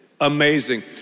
amazing